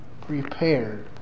prepared